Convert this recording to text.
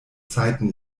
zeiten